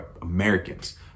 Americans